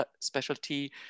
specialty